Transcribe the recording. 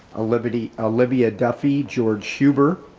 olivia ah olivia duffy, george huber,